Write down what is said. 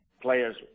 Players